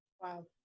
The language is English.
Wow